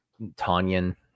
tanyan